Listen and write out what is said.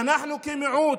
אנחנו כמיעוט,